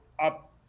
up